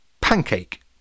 Pancake